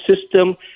system